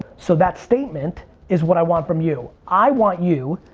so that statement is what i want from you. i want you,